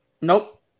Nope